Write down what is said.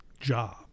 job